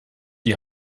die